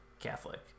Catholic